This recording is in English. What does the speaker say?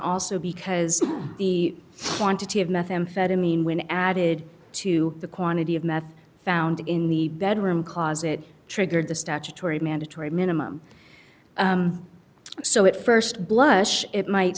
also because the quantity of methamphetamine when added to the quantity of meth found in the bedroom closet triggered the statutory mandatory minimum so it first blush it might